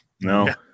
No